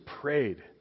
prayed